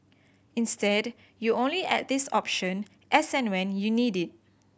instead you only add this option as and when you need it